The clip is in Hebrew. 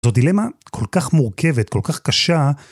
זו דילמה כל כך מורכבת, כל כך קשה.